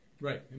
right